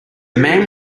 man